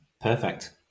Perfect